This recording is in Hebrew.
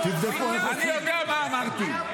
אני יודע מה אמרתי.